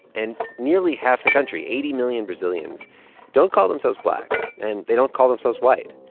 and nearly half the country eighty million brazilians don't call themselves black, and they don't call themselves white.